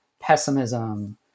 pessimism